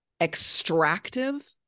extractive